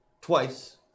twice